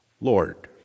Lord